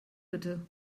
bitte